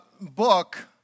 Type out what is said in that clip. book